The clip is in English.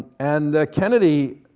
and kennedy,